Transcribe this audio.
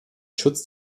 schutz